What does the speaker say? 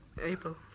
April